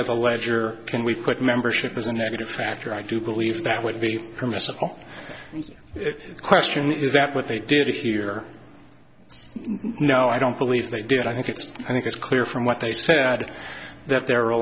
of the ledger when we put membership as a negative factor i do believe that would be permissible question is that what they did here no i don't believe they did i think it's i think it's clear from what they said that there are a